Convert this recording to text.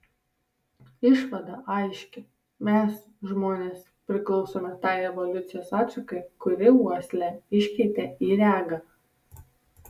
išvada aiški mes žmonės priklausome tai evoliucijos atšakai kuri uoslę iškeitė į regą